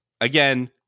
again